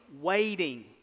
waiting